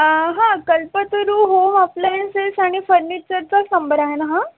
हां Kalpataru home appliances आणि फर्निचरचाच नंबर आहे ना हां